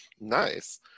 Nice